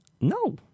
No